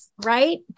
Right